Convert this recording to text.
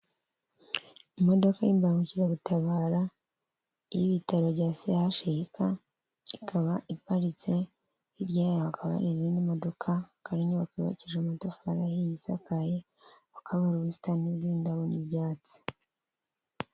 Imodoka y'imbangukiragutabara y'ibitaro bya CHUK, ikaba iparitse hirya yayo hakaba izindi modoka , hakaba n'inyubako yubakishije amatafari ahiye isakaye hakaba hari ubusitani bw'indabo n'ibyatsi.